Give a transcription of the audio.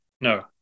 No